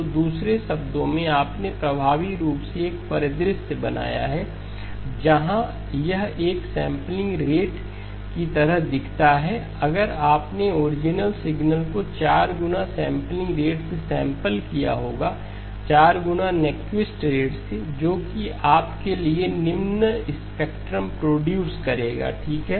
तो दूसरे शब्दों में आपने प्रभावी रूप से एक परिदृश्य बनाया है जहां यह एक सैंपलिंग रेट की तरह दिखता है अगर आपने ओरिजिनल सिग्नल को 4 गुना सैंपलिंग रेट से सैंपल किया होगा4 गुना न्यूक्विस्ट रेट से जो कि आपके लिए निम्न स्पेक्ट्रम प्रोड्यूस करेगा ठीक है